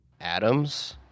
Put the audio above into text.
atoms